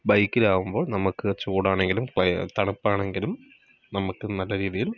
ബൈക്കിലാവുമ്പോൾ നമുക്ക് ചൂടാണെങ്കിലും തണുപ്പാണെങ്കിലും നമുക്ക് നല്ല രീതിയിൽ